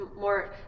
more